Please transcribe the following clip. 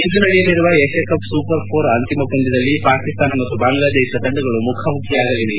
ಇಂದು ನಡೆಯಲಿರುವ Asia cup super four ಅಂತಿಮ ಪಂದ್ದದಲ್ಲಿ ಪಾಕಿಸ್ತಾನ ಮತ್ತು ಬಾಂಗ್ಲಾದೇಶ ತಂಡಗಳು ಮುಖಾಮುಖಿಯಾಗಲಿವೆ